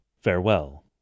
Farewell